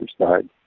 side